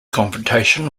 confrontation